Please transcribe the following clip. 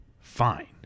Fine